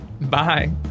Bye